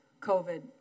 COVID